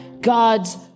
God's